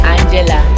Angela